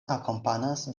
akompanas